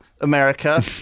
America